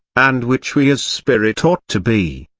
and which we as spirit ought to be.